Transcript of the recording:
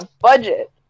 budget